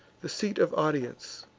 the seat of audience,